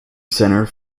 centre